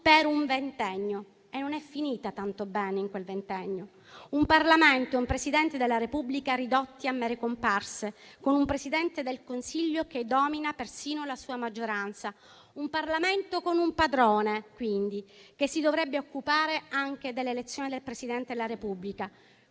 per un ventennio, e non è finita tanto bene dopo quel ventennio; un Parlamento e un Presidente della Repubblica ridotti a mere comparse, con un Presidente del Consiglio che domina persino la sua maggioranza; un Parlamento con un padrone, quindi, che si dovrebbe occupare anche delle elezioni del Presidente della Repubblica,